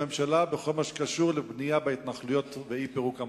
הממשלה בכל מה שקשור לבנייה בהתנחלויות ואי-פירוק המאחזים.